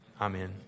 Amen